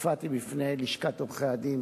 הופעתי לפני לשכת עורכי-הדין,